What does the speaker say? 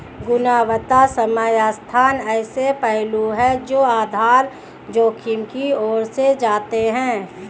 गुणवत्ता समय स्थान ऐसे पहलू हैं जो आधार जोखिम की ओर ले जाते हैं